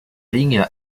ligne